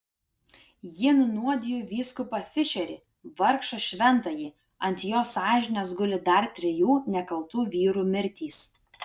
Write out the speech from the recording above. ji nunuodijo vyskupą fišerį vargšą šventąjį ant jos sąžinės guli dar trijų nekaltų vyrų mirtys